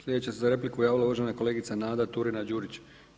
Sljedeća se za repliku javila uvažena kolegica Nada Turina-Đurić.